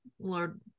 Lord